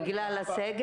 האם בגלל הסגר?